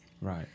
Right